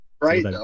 Right